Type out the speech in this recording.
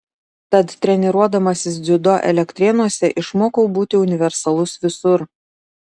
tad treniruodamasis dziudo elektrėnuose išmokau būti universalus visur